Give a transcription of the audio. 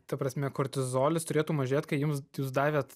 ta prasme kortizolis turėtų mažėt kai jums jūs davėt